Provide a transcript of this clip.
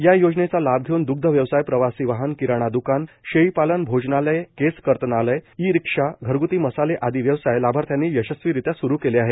या योजनेचा लाभ घेऊन द्ग्ध व्यवसाय प्रवासी वाहन किराणा द्कान शेळी पालन भोजनालय केस कर्तनालय ई रिक्षा घरग्ती मसाले आदि व्यवसाय लाभार्थ्यांनी यशस्वीरित्या स्रु केले आहे